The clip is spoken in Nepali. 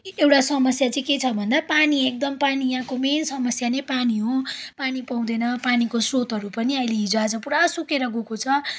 एउटा समस्या चाहिँ के छ भन्दा पानी एकदम पानी यहाँको मेन समस्या नै पानी हो पानी पाउँदैन पानीको स्रोतहरू पनि अहिले हिजोआज पुरा सुकेर गएको छ